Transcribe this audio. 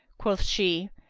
quoth she,